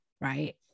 right